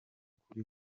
kuri